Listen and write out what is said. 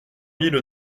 mille